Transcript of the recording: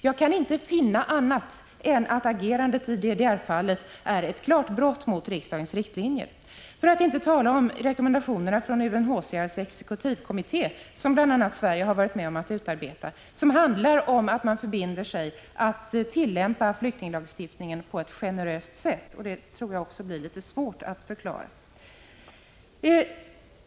Jag kan inte finna annat än att agerandet i DDR-fallet är ett klart brott mot riksdagens riktlinjer — för att inte tala om rekommendationerna från UNHCR:s exekutivkommitté, som bl.a. Sverige har varit med om att utarbeta och som innebär att man förbinder sig att tillämpa flyktinglagstiftningen på ett generöst sätt. Det tror jag också blir litet svårt att förklara.